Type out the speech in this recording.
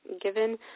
given